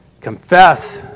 confess